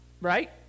right